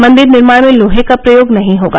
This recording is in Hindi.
मंदिर निर्माण में लोहे का प्रयोग नहीं होगा